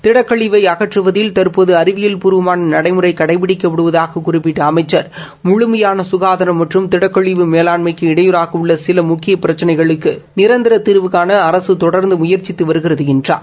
திடக்கழிவை அகற்றுவதில் தற்போது அறிவியல் பூர்வமான நடைமுறை கடைபிடிக்கப்படுவதாக குறிப்பிட்ட அமைச்சர் முழுமையான சுகாதாரம் மற்றும் திடக்கழிவு மேலாண்மைக்கு இடையூறாக உள்ள சில முக்கிய பிரச்சினைகளுக்கு நிரந்தர தீர்வு காண அரசு தொடர்ந்து முயற்சித்து வருகிறது என்றார்